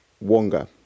Wonga